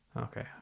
okay